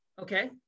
Okay